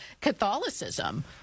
Catholicism